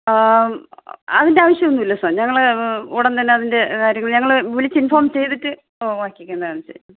അതിൻ്റെ ആവശ്യമൊന്നുമില്ല സാർ ഞങ്ങൾ ഉടൻ തന്നെ അതിൻ്റെ കാര്യങ്ങൾ ഞങ്ങൾ വിളിച്ച് ഇൻഫോം ചെയ്തിട്ട് ഓഹ് ബാക്കിക്ക് എന്താണെന്നു വെച്ചാൽ ചെയ്യാം